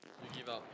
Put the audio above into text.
you give up